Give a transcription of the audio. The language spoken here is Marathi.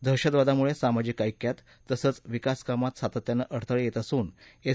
दहशतवादामुळे सामाजिक ऐक्यात तसंच विकासकामांत सातत्यानं अडथळे येत असून एस